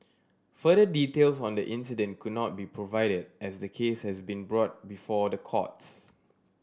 further details on the incident could not be provided as the case has been brought before the courts